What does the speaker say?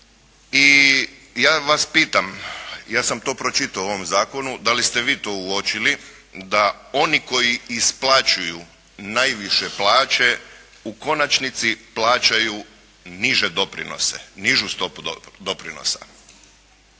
i ja vas pitam, ja sam to pročitao u ovom zakonu, da li ste vi to uočili da oni koji isplaćuju najviše plaće u konačnici plaćaju niže doprinose, nižu stopu doprinosa.